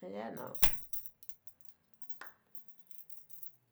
sa yen non.